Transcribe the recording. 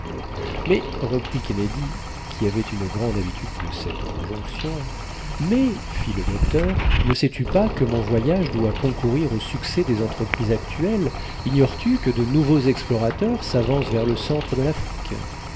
mais reprit kennedy qui avait une grande habitude de cette conjonction mais fit le docteur ne sais-tu pas que mon voyage doit concourir au succès des entreprises actuelles ignores-tu que de nouveaux explorateurs s'avancent vers le centre de l'afrique